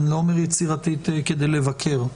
אני לא אומר יצירתית כדי לבקר.